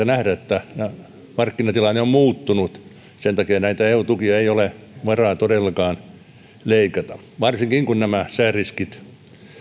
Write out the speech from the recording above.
nähdä että markkinatilanne on muuttunut sen takia eu tukia ei ole varaa todellakaan leikata varsinkin kun nämä sääriskit